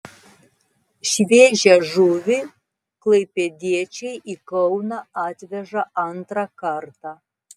šviežią žuvį klaipėdiečiai į kauną atveža antrą kartą